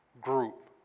group